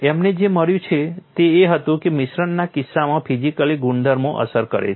અમને જે મળ્યું છે તે એ હતું કે મિશ્રણોના કિસ્સામાં ફિઝિકલી ગુણધર્મો અસર કરે છે